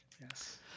Yes